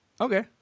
Okay